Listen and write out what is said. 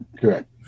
Correct